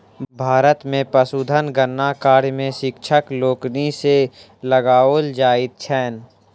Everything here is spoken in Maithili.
भारत मे पशुधन गणना कार्य मे शिक्षक लोकनि के लगाओल जाइत छैन